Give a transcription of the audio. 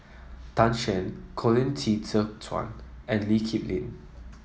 Tan Shen Colin Qi Zhe Quan and Lee Kip Lin